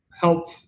help